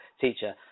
teacher